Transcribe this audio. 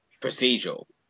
procedural